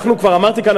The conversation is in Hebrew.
כבר אמרתי כאן,